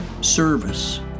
service